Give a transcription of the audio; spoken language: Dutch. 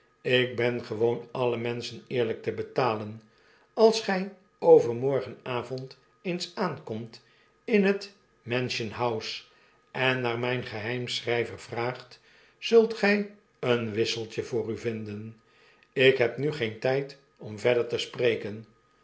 ik ben gewoon alle menschen eerlijk te betalen als gij overmorgenavond eens aankomt in het mansion-house en naar mijn geheimschrijver vraagt zult gjj een wisseltje voor u vinden ik heb nu geen tyd om verder te spreken